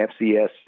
FCS